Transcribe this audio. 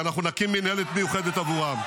ואנחנו נקים מינהלת מיוחדת בעבורם.